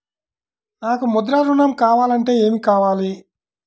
నాకు ముద్ర ఋణం కావాలంటే ఏమి కావాలి?